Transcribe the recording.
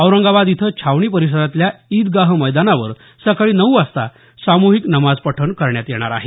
औरंगाबाद इथं छावणी परिसरातल्या ईदगाह मैदानावर सकाळी नऊ वाजता सामुहिक नमाज पठण करण्यात येणार आहे